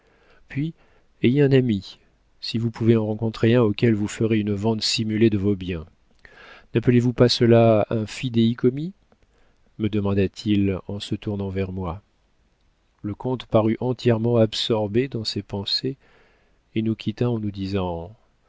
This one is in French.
puis ayez un ami si vous pouvez en rencontrer un auquel vous ferez une vente simulée de vos biens nappelez vous pas cela un fidéicommis me demanda-t-il en se tournant vers moi le comte parut entièrement absorbé dans ses pensées et nous quitta en nous disant